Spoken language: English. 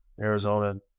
Arizona